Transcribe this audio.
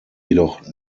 jedoch